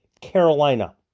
Carolina